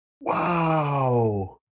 Wow